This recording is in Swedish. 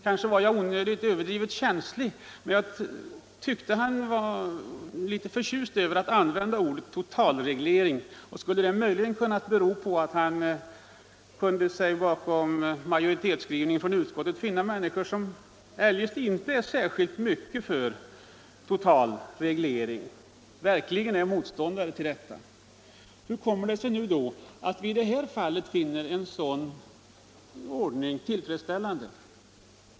Kanske var jag överdrivet känslig, men jag tyckte att han verkade en smula förtjust i ordet totalreglering. Skulle det möjligen ha kunnat bero på att han bakom utskottsmajoritetens skrivning kunde finna människor som eljest inte är särskilt mycket för total reglering utan snarare är verkliga motståndare till sådan? Hur kommer det sig då att vi i det här fallet finner en sådan här reglering tillfredsställande?